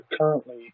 currently